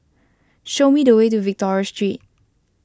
show me the way to Victoria Street